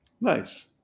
Nice